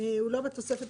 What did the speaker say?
הוא לא בתוספת